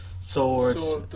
swords